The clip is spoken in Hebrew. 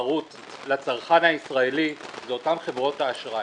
התחרות לצרכן הישראלי זה אותן חברות האשראי.